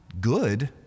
good